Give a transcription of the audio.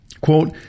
Quote